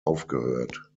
aufgehört